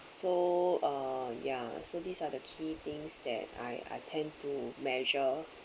so uh ya so these are the key things that I I tend to measure